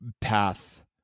path